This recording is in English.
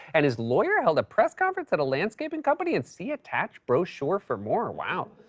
and his lawyer held a press conference at a landscaping company, and see attached brochure for more wow.